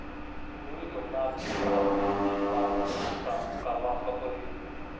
दुई महीनार किस्त राशि एक बारोत भुगतान करवा सकोहो ही?